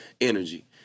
Energy